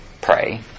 Pray